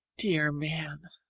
dear man,